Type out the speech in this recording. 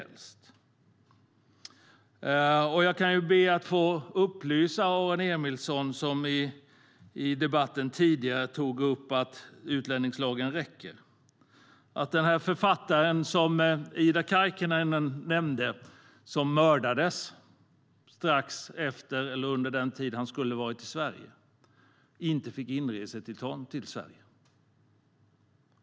Låt mig upplysa Aron Emilsson, som i debatten tidigare tog upp att utlänningslagen räcker, om att den författare som Ida Karkiainen nämnde som mördades vid samma tid som han skulle ha varit i Sverige inte fick inresetillstånd till Sverige.